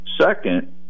Second